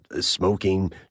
smoking